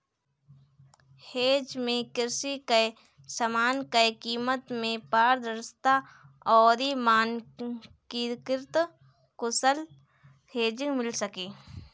hedge में कृषि कअ समान कअ कीमत में पारदर्शिता अउरी मानकीकृत कुशल हेजिंग मिल सके